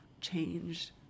changed